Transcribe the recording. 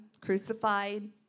crucified